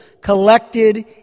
Collected